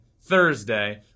Thursday